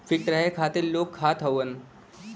feet रहे खातिर लोग खात हउअन